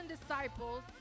disciples